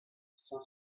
cinq